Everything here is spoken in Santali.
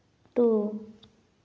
ᱴᱩ